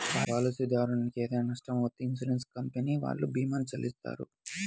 పాలసీదారునికి ఏదైనా నష్టం వత్తే ఇన్సూరెన్స్ కంపెనీ వాళ్ళు భీమాని చెల్లిత్తారు